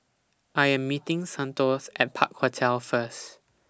I Am meeting Santos At Park Hotel First